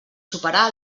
superar